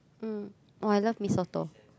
mm oh I love mee-soto